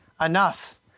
Enough